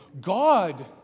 God